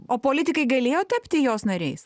o politikai galėjo tapti jos nariais